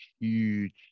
huge